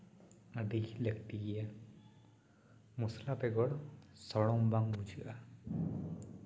ᱟᱹᱰᱤ ᱜᱮ ᱞᱟᱹᱠᱛᱤ ᱜᱮᱭᱟ ᱢᱚᱥᱞᱟ ᱵᱮᱜᱚᱨ ᱥᱚᱲᱚᱢ ᱵᱟᱝ ᱵᱩᱡᱷᱟᱹᱜᱼᱟ